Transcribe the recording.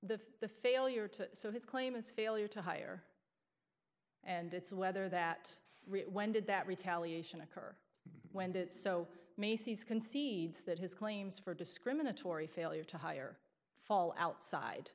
the the failure to so his claim is failure to hire and it's whether that when did that retaliation occur when did it so macy's concedes that his claims for discriminatory failure to hire fall outside